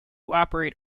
operate